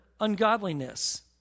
ungodliness